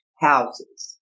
houses